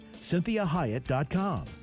CynthiaHyatt.com